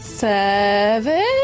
Seven